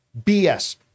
BS